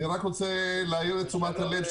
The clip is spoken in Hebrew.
אני רק רוצה להעיר את תשומת הלב,